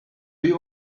you